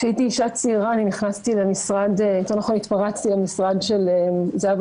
כשהייתי אישה צעירה התפרצתי למשרד של זהבה